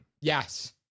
Yes